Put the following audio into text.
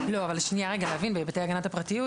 אבל להבין בהיבטי הגנת הפרטיות.